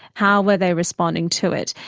how were they responding to it?